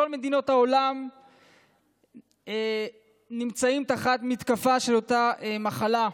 כל מדינות העולם נמצאות תחת מתקפה של אותה מחלה.